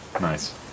Nice